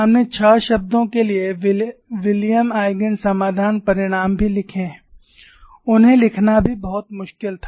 हमने छह शब्दों के लिए विलियम्स ईगेन समाधान परिणाम भी लिखे हैं उन्हें लिखना भी बहुत मुश्किल था